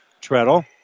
Treadle